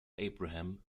abraham